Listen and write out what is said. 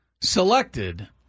selected